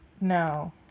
no